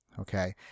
okay